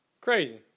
Crazy